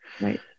Right